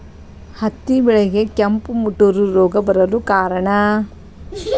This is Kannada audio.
ಹತ್ತಿ ಬೆಳೆಗೆ ಕೆಂಪು ಮುಟೂರು ರೋಗ ಬರಲು ಕಾರಣ?